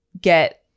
get